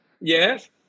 Yes